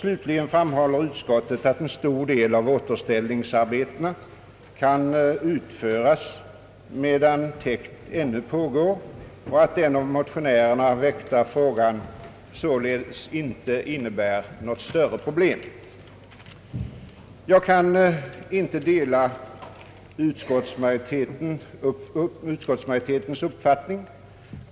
Slutligen framhåller utskottet att en stor del av återställningsarbetena kan utföras medan täkt ännu pågår och att den av motionärerna väckta frågan således inte innebär något större problem. Jag kan inte dela utskottsmajoritetens uppfattning.